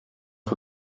for